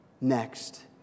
Next